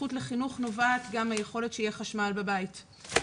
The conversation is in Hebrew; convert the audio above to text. הזכות לחינוך נובעת גם מהיכולת שיהיה חשמל בבית.